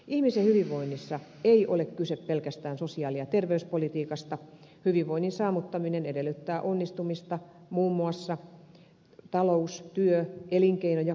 ihmisen hyvinvoinnissa ei ole kyse pelkästään sosiaali ja terveyspolitiikasta hyvinvoinnin saavuttaminen edellyttää onnistumista muun muassa talous työ elinkeino ja koulutuspolitiikassa